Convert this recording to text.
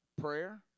prayer